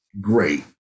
great